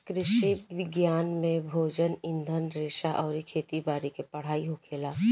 कृषि विज्ञान में भोजन, ईंधन रेशा अउरी खेती बारी के पढ़ाई होखेला